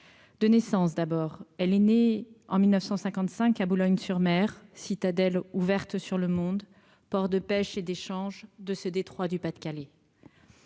de naissance, d'abord, elle est née en 1955 à Boulogne sur Mer citadelle ouverte sur le monde, port de pêche et d'échanges de ce Detroit du Pas-de-Calais,